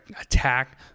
attack